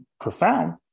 profound